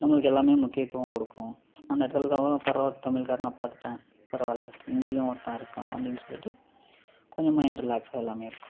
நம்மளுக்கு எல்லாமே முக்கியத்துவம் கொடுக்கும் பரவல தமிழ்க்காரர் நான் பார்த்துட்டேன் பரவாயில்ல இங்கேயும் ஒருத்தன் இருக்கான் அப்படின்னு சொல்லிட்டு கொஞ்சம் மைண்ட் ரிலாக்ஸாக எல்லாமே இருக்கும்